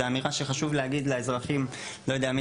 זאת אמירה שחשוב להגיד לאזרחים לא יודע מי